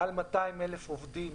מעל 200,000 עובדים